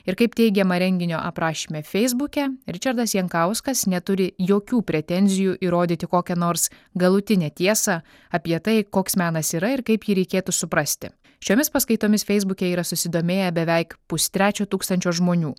ir kaip teigiama renginio aprašyme feisbuke ričardas jankauskas neturi jokių pretenzijų įrodyti kokią nors galutinę tiesą apie tai koks menas yra ir kaip jį reikėtų suprasti šiomis paskaitomis feisbuke yra susidomėję beveik pustrečio tūkstančio žmonių